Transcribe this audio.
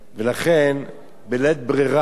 ולכן, בלית ברירה,